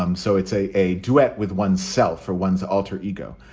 um so it's a a duet with oneself or one's alter ego.